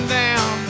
down